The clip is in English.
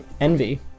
Envy